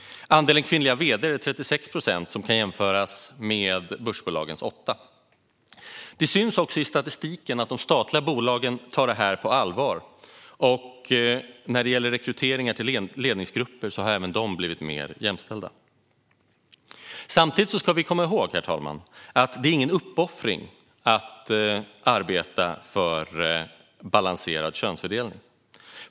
Andelen kvinnliga vd:ar är 36 procent, som kan jämföras med börsbolagens 8 procent. Det syns också i statistiken att de statliga bolagen tar detta på allvar. När det gäller rekryteringar till ledningsgrupper har även de blivit mer jämställda. Samtidigt ska vi komma ihåg, herr talman, att det inte är någon uppoffring att arbeta för balanserad könsfördelning.